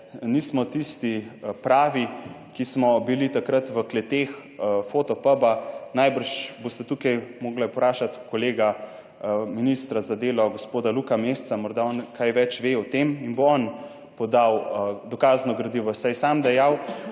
nismo tisti pravi, ki smo bili takrat v kleteh Fotopuba. Najbrž boste tukaj morali vprašati kolega ministra za delo, gospoda Luka Mesca, morda on kaj več ve o tem in bo on podal dokazno gradivo, saj je sam dejal,